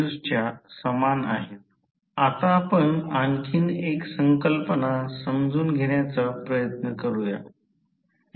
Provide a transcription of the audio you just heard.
तर I2 fl म्हणजे पूर्ण भार प्रवाह आहे जो दुय्यम बाजूला आहे